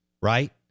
right